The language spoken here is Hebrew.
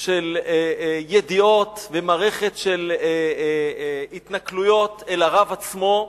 של ידיעות ומערכת של התנכלויות לרב עצמו,